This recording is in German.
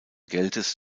geldes